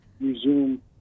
resume